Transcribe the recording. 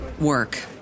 work